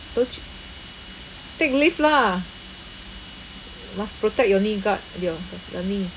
take leave lah must protect your knee guard your uh your knee